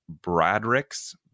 Bradrick's